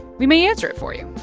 we may answer it for you.